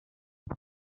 per